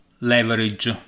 leverage